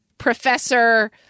Professor